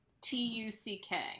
t-u-c-k